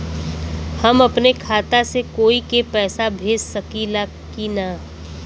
हम अपने खाता से कोई के पैसा भेज सकी ला की ना?